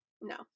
no